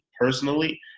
personally